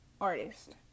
artist